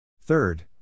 Third